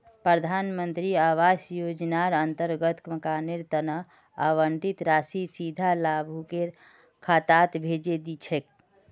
प्रधान मंत्री आवास योजनार अंतर्गत मकानेर तना आवंटित राशि सीधा लाभुकेर खातात भेजे दी छेक